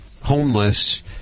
homeless